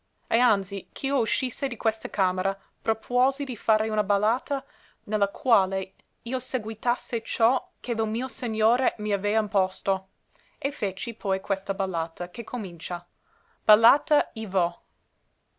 e anzi ch'io uscisse di questa camera propuosi di fare una ballata ne la quale io seguitasse ciò che lo mio segnore m'avea imposto e feci poi questa ballata che comincia ballata i